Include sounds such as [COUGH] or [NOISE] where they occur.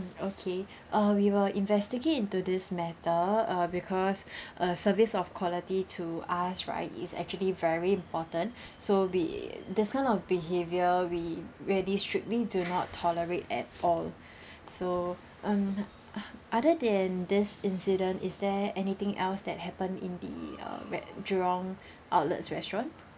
okay [BREATH] uh we will investigate into this matter uh because [BREATH] uh service of quality to us right is actually very important [BREATH] so be this kind of behavior we really strictly do not tolerate at all [BREATH] so um oth~ other than this incident is there anything else that happened in the uh re~ jurong [BREATH] outlets restaurant